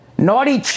Naughty